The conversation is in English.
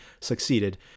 succeeded